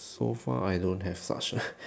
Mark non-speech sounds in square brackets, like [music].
so far I don't have such [noise]